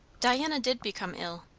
diana did become ill.